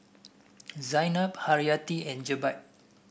Zaynab Haryati and Jebat